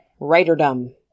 writerdom